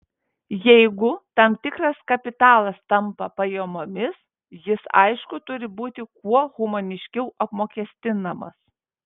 jeigu tam tikras kapitalas tampa pajamomis jis aišku turi būti kuo humaniškiau apmokestinamas